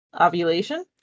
ovulation